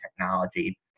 technology